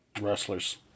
Wrestlers